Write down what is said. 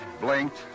blinked